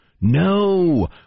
No